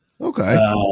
Okay